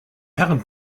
herren